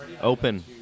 Open